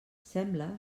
sembla